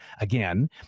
again